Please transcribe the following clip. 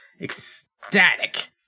ecstatic